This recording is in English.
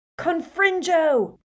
Confringo